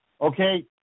okay